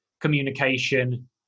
communication